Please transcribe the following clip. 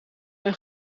een